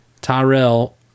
Tyrell